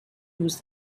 lose